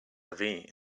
aviv